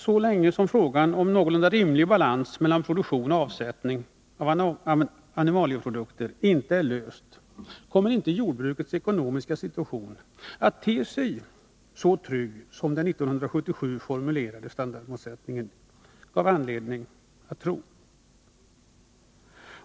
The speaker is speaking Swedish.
Så länge som frågan om en någorlunda rimlig balans mellan produktion och avsättning av animalieprodukter inte är löst, kommer inte jordbrukets ekonomiska situation att te sig så trygg som den 1977 formulerade standardmålsättningen gav anledning att förvänta.